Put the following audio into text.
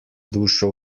dušo